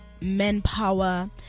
manpower